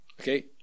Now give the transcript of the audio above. Okay